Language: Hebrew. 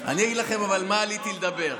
אבל אני אגיד לכם על מה עליתי לדבר.